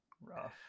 Rough